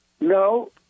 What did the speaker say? No